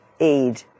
aid